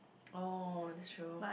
oh that's true